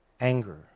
Anger